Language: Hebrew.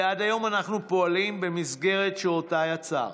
ועד היום אנחנו פועלים במסגרת שאותה יצר,